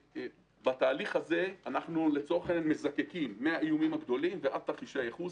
בתהליך הזה אנחנו מזקקים מהאיומים הגדולים ועד תרחישי הייחוס.